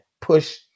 push